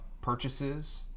purchases